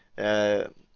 and